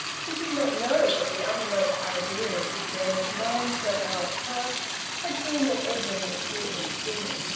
he did not know that the uppermost idea in big james's mind for an hour past had been that edwin would hear him sing.